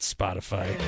Spotify